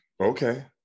okay